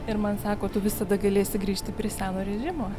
ir man sako tu visada galėsi grįžti prie seno režimo